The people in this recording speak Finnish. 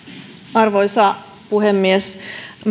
arvoisa puhemies